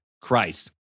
Christ